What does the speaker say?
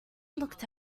looked